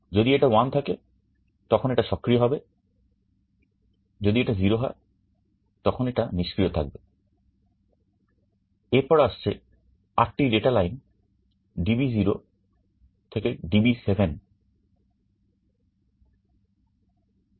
যদি এটা 1 থাকে তখন এটা সক্রিয় হবে যদি এটা 0 হয় তখন এটা নিষ্ক্রিয় থাকবেএর পর আসছে আটটি ডেটা লাইন DB0 থেকে DB7